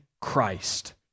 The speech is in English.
Christ